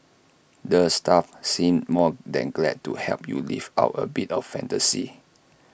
the staff seem more than glad to help you live out A bit of fantasy